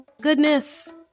goodness